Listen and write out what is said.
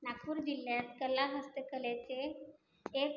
नागपूर जिल्ह्यात कला हस्तकलेचे एक